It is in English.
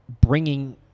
bringing